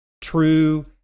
true